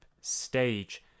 stage